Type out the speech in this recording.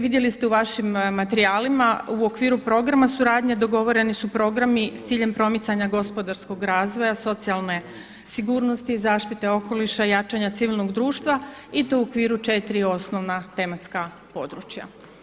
Vidjeli ste u vašim materijalima u okviru programa suradnje dogovoreni su programi sa ciljem promicanja gospodarskog razvoja, socijalne sigurnosti, zaštite okoliša, jačanja civilnog društva i to u okviru 4 osnovana tematska područja.